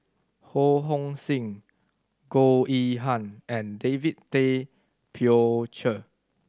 Ho Hong Sing Goh Yihan and David Tay Poey Cher